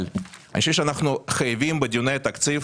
אבל אני חושב שאנחנו חייבים, בדיוני התקציב,